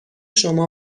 شما